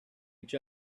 each